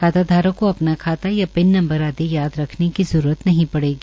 खाताधारक को अपना खाता या पिन नंबर आदि याद रखने की जरूरत नहीं पड़ेगी